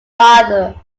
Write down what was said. father